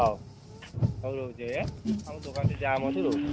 ହଉ ହଉ ରହୁଛି ଆଜ୍ଞା ଆମ ଦୋକାନ ଟିକିଏ ଜାମ୍ ଅଛି ରହୁଛି